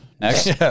Next